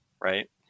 Right